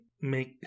make